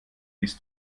bis